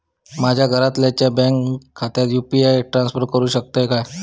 माझ्या घरातल्याच्या बँक खात्यात यू.पी.आय ट्रान्स्फर करुक शकतय काय?